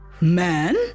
Man